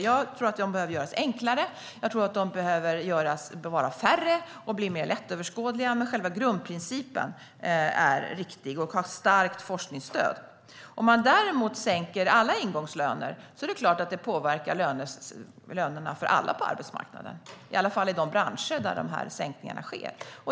Jag tror att de behöver göras enklare, att de behöver vara färre och bli mer lättöverskådliga. Men själva grundprincipen är riktig och har starkt forskningsstöd. Om man däremot sänker alla ingångslöner är det klart att det påverkar lönerna för alla på arbetsmarknaden, i varje fall i de branscher där sänkningarna sker.